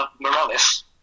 Morales